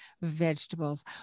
vegetables